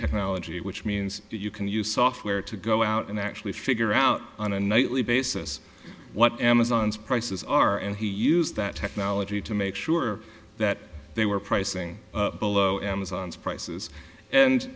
technology which means you can use software to go out and actually figure out on a nightly basis what amazon's prices are and he used that technology to make sure that they were pricing below amazon's prices and